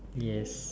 yes